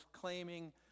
claiming